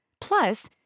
Plus